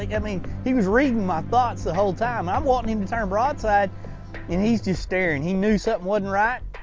like i mean he was reading my thoughts the whole time. i'm wanting him to turn broadside and he's just staring. he knew something wasn't right,